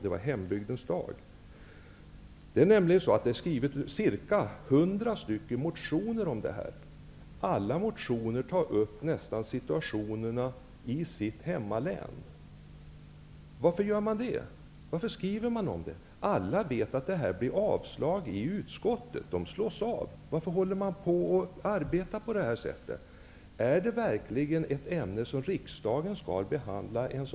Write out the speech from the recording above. Det var ''hembygdens dag''. Det har skrivits ca 100 motioner om regionalpolitik. Nästan alla motionärer tar upp situationen i sitt hemlän. Varför gör man det? Varför skriver man om det? Alla vet att motionerna avstyrks i utskottet. Varför arbetar man på det här sättet? Är lokalpolitik verkligen ett ämne som riksdagen skall behandla?